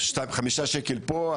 חמישה שקל פה,